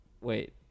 wait